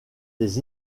des